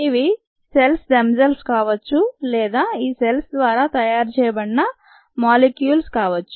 ఇవి cells themselves కావచ్చు లేదా ఈ సెల్స్ ద్వారా తయారు చేయబడి న మోలిక్యూల్స్ కావొచ్చు